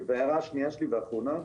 ההערה השנייה והאחרונה שלי,